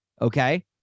Okay